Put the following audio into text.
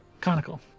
conical